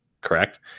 correct